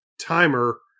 timer